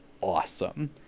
awesome